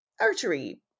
archery